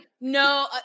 No